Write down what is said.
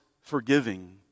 forgiving